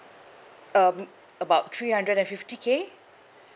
um about three hundred and fifty K